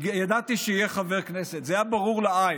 ידעתי שהוא יהיה חבר כנסת, זה היה ברור לעין.